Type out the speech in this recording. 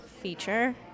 feature